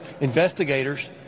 investigators